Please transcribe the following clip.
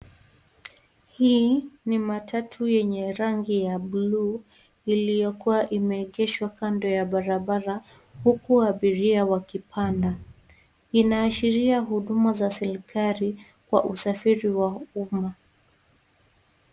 Hii ni matatu yenye rangi ya bluu iliyokuwa imeegeshwa kando ya barabara huku abiria wakipanda, inaashiria huduma za serikali kwa usafiri wa umma.